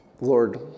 Lord